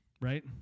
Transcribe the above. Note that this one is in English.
right